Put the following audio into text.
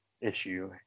issue